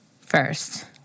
first